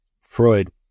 Freud